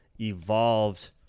evolved